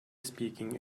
speaking